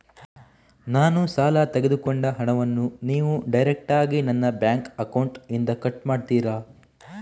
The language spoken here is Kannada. ನಾನು ಸಾಲ ತೆಗೆದುಕೊಂಡ ಹಣವನ್ನು ನೀವು ಡೈರೆಕ್ಟಾಗಿ ನನ್ನ ಬ್ಯಾಂಕ್ ಅಕೌಂಟ್ ಇಂದ ಕಟ್ ಮಾಡ್ತೀರಾ?